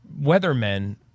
weathermen